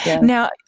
now